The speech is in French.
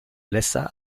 laissa